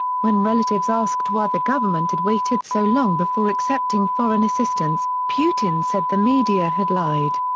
when relatives asked why the government had waited so long before accepting foreign assistance, putin said the media had lied.